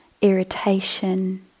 irritation